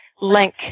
link